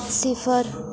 सिफर